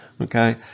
okay